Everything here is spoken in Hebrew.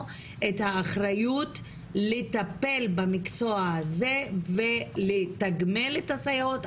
את האחריות לטפל במקצוע הזה ולתגמל את הסייעות,